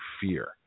fear